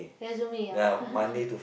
resume ah